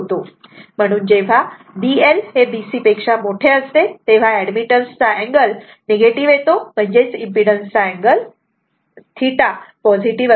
म्हणून जेव्हा B L B C असते तेव्हा एडमिटन्स चा अँगल निगेटिव्ह येतो म्हणजेच इम्पीडन्स चा अँगल म्हणजेच θ पॉझिटीव्ह असतो